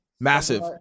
massive